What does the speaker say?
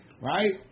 Right